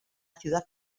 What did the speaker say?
ciudad